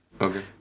okay